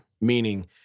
Meaning